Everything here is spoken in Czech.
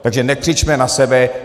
Takže nekřičme na sebe.